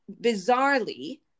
bizarrely